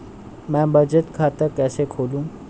मैं बचत खाता कैसे खोलूं?